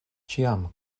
ĉiam